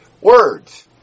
words